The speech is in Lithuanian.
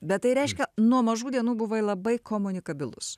bet tai reiškia nuo mažų dienų buvai labai komunikabilus